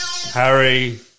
Harry